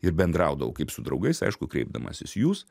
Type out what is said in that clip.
ir bendraudavau kaip su draugais aišku kreipdamasis jūs